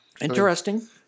Interesting